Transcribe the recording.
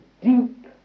deep